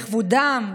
לכבודם,